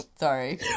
Sorry